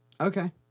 Okay